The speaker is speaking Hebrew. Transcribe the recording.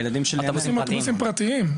אוטובוסים פרטיים,